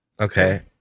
Okay